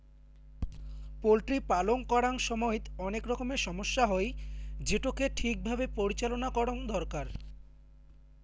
poultry পালন করাং সমইত অনেক রকমের সমস্যা হই, যেটোকে ঠিক ভাবে পরিচালনা করঙ দরকার